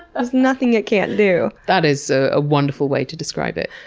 there's nothing it can't do. that is a wonderful way to describe it.